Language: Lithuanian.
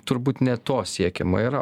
turbūt ne to siekiama yra